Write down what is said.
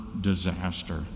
disaster